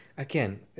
Again